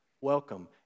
Welcome